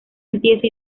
empieza